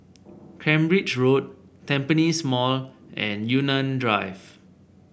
Cambridge Road Tampines Mall and Yunnan Drive